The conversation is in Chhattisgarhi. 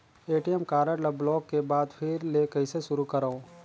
ए.टी.एम कारड ल ब्लाक के बाद फिर ले कइसे शुरू करव?